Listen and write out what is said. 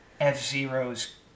F-Zero's